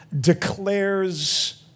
declares